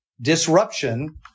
Disruption